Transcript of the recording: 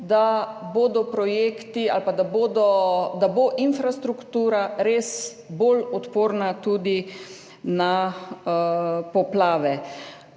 da bodo projekti ali pa da bo infrastruktura res bolj odporna tudi na poplave.